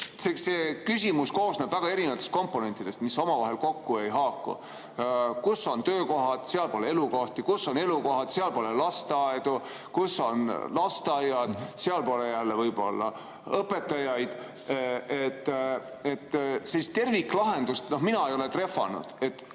see küsimus koosneb väga erinevatest komponentidest, mis omavahel kokku ei haaku. Kus on töökohad, seal pole elukohti, kus on elukohad, seal pole lasteaedu, kus on lasteaiad, seal pole võib-olla õpetajaid. Terviklahendust mina ei ole trehvanud.